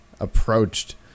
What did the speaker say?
approached